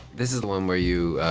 this is the one where you